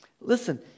Listen